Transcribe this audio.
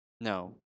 No